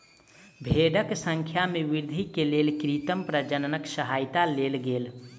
भेड़क संख्या में वृद्धि के लेल कृत्रिम प्रजननक सहयता लेल गेल